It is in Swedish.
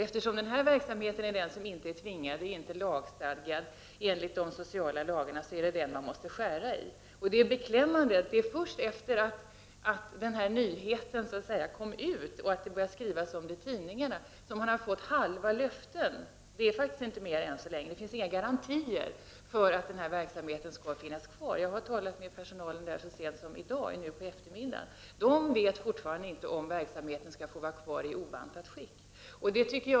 Eftersom denna verksamhet inte är lagstadgad enligt de sociala lagarna är det den som man måste skära i. Det är beklämmande att det var först efter det att nyheten kommit ut och det började skrivas i tidningarna som halva löften gavs. Det är inte mer än så länge — det finns inga garantier för att verksamheten får vara kvar. Jag har talat med personalen på Citygruppen så sent som på eftermiddagen nu i dag, 21 och de visste fortfarande inte om verksamheten skulle få vara kvar i obantat skick.